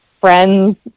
friends